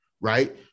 right